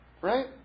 Right